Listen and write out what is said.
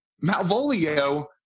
Malvolio